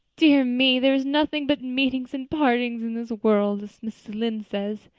dear me, there is nothing but meetings and partings in this world, as mrs. lynde says,